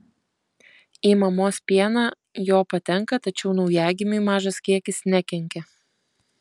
į mamos pieną jo patenka tačiau naujagimiui mažas kiekis nekenkia